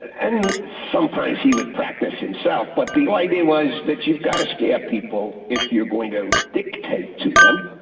and sometimes he would practice himself, but the idea was that you've got to scare people if you're going to dictate to them,